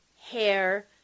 hair